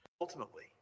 Ultimately